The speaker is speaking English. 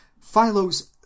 philo's